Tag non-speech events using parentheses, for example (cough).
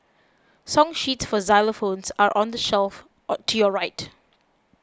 song sheets for xylophones are on the shelf (unintelligible) to your right